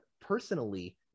personally